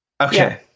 Okay